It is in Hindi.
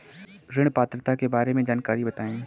ऋण पात्रता के बारे में जानकारी बताएँ?